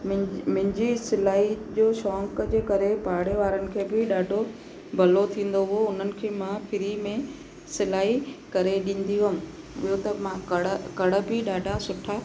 मि मुंहिंजी सिलाई जो शौक़ जे करे पाड़े वारनि खे बि ॾाढो भलो थींदो हुओ उन्हनि खे मां फ्री में सिलाई करे ॾींदी हुअमि ॿियो त मां कढ़ कढ़ बि ॾाढा सुठा